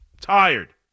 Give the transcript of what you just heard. Tired